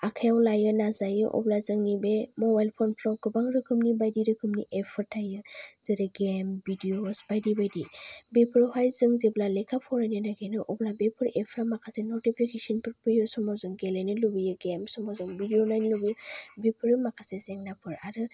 आखायाव लायोना जायो अब्ला जोंनि बे मबाइल पन फ्राव गोबां रोखोमनि बायदि रोखोमनि एप फोर थायो जेरै गेम भिडिअस बायदि बायदि बेफोरावहाय जों जेब्ला लेखा फरायनो नागिरो अब्ला बेफोर एप फ्रा माखासे नटिफिकेसन फोर फैयो समावजों गेलेनो लुगैयो गेम समाव जों भिडिअ नायो लुगैयो बेफोरो माखासे जेंनाफोर आरो